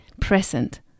present